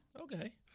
Okay